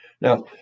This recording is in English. Now